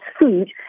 food